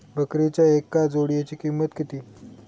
बकरीच्या एका जोडयेची किंमत किती?